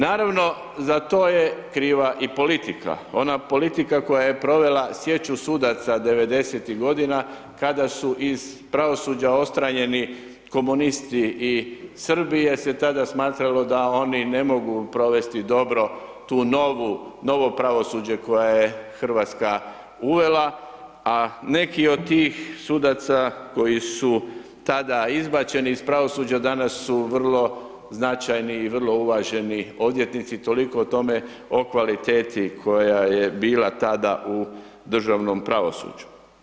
Naravno, za to je kriva i politika, ona politika koja je provela sječu sudaca 90.-tih godina kada su iz pravosuđa odstranjeni komunisti iz Srbije jer se tada smatralo da oni ne mogu provesti dobro tu novu, novo pravosuđe koje je RH uvela, a neki od tih sudaca koji su tada izbačeni iz pravosuđa, danas su vrlo značajni i vrlo uvaženi odvjetnici, toliko o tome, o kvaliteti koja je bila tada u državnom pravosuđu.